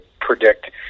predict